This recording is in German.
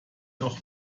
noch